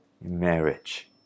marriage